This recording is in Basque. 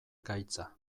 gaitza